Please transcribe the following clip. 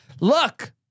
Look